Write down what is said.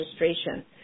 registration